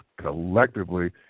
collectively